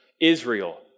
Israel